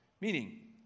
meaning